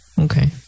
Okay